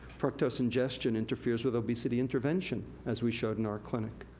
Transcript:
fructose ingestion interferes with obesity intervention, as we showed in our clinic.